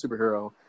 superhero